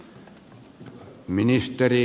arvoisa puhemies